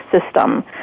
system